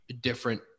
different